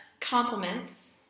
compliments